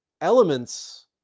elements